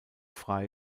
frey